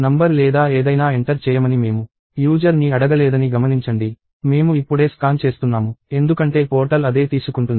number లేదా ఏదైనా enter చేయమని మేము యూజర్ ని అడగలేదని గమనించండి మేము ఇప్పుడే స్కాన్ చేస్తున్నాము ఎందుకంటే పోర్టల్ అదే తీసుకుంటుంది